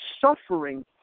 suffering